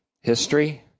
history